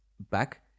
back